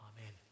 Amen